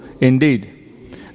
indeed